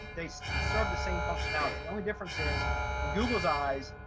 they serve the same functionality. the only difference is in google's eyes.